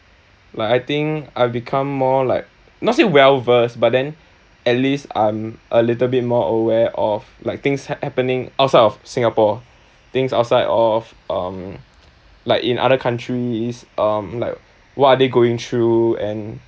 like I think I've become more like not say well versed but then at least I'm a little bit more aware of like things happening outside of Singapore things outside of um like in other countries um like what are they going through and